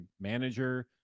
manager